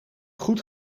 goed